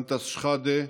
אנטאנס שחאדה,